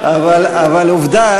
אבל עובדה